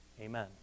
Amen